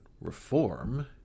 reform